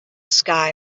sky